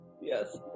yes